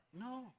No